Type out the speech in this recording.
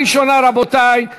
לוועדת הכספים נתקבלה.